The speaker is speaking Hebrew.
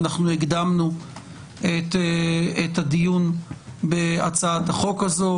אנחנו הקדמנו את הדיון בהצעת החוק הזו.